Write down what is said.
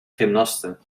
gymnaste